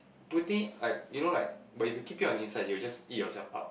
putting like you know like but if you keep it on inside it will just eat yourself up